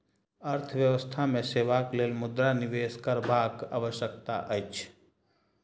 अर्थव्यवस्था मे सेवाक लेल मुद्रा निवेश करबाक आवश्यकता अछि